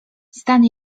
stan